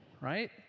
right